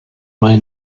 may